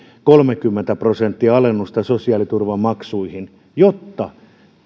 kolmekymmentä prosenttia alennusta sosiaaliturvamaksuihin jotta